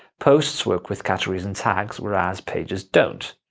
posts work with categories and tags whereas pages don't.